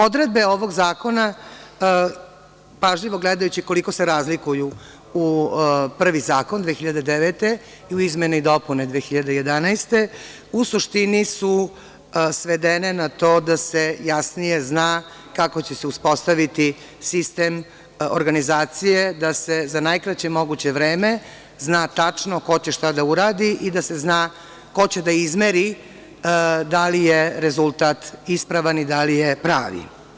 Odredbe ovog zakona pažljivo gledajući koliko se razlikuju prvi zakon 2009. godine i izmene i dopune 2011. godine, u suštini su svedene na to da se jasnije zna kako će se uspostaviti sistem organizacije da se za najkraće moguće vreme zna tačno ko će šta da uradi i da se zna ko će da izmeri da li je rezultat ispravan i da li je pravi.